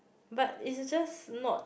but is just not